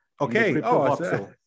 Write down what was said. Okay